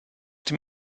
dem